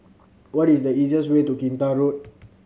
what is the easiest way to Kinta Road